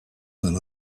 than